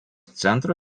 centro